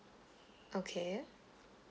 okay